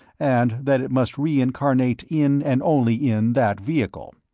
and that it must reincarnate in and only in that vehicle.